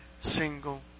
single